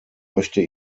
möchte